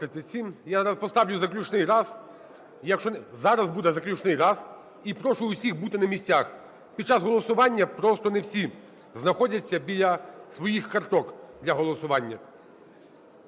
Зараз буде заключний раз. І прошу усіх бути на місцях. Під час голосування просто не всі знаходяться біля своїх карток для голосування.